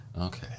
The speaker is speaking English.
Okay